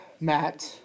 Matt